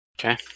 Okay